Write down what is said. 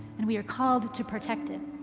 and we are called to protect it.